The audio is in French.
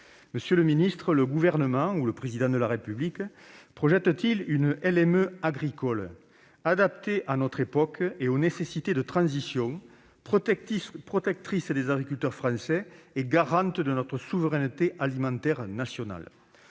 Monsieur le ministre, le Gouvernement et le Président de la République projettent-ils une LME agricole, adaptée à notre époque et aux nécessités des transitions, protectrice des agriculteurs français et garante de notre souveraineté alimentaire nationale ?